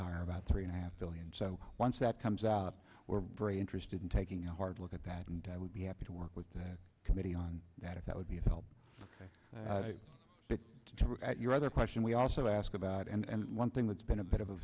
higher about three and a half billion so once that comes out we're very interested in taking a hard look at that and i would be happy to work with that committee on that if that would be of help to your other question we also ask about and one thing that's been a bit of a